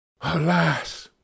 Alas